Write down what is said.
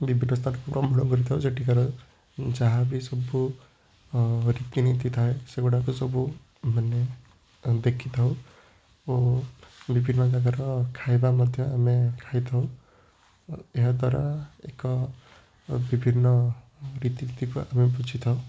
ବିଭିନ୍ନ ସ୍ଥାନକୁ ଭ୍ରମଣ କରିଥାଉ ସେଠିକାର ଉଁ ଯାହାବି ସବୁ ରୀତିନୀତି ଥାଏ ସେଗୁଡ଼ାକ ସବୁ ମାନେ ଅଁ ଦେଖିଥାଉ ବିଭିନ୍ନ ଜାଗାର ଖାଇବା ମଧ୍ୟ ଆମେ ଖାଇଥାଉ ଓ ଏହାଦ୍ୱାରା ଏକ ବିଭିନ୍ନ ରୀତିନୀତିକୁ ଆମେ ବୁଝିଥାଉ